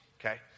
okay